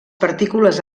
partícules